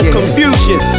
confusion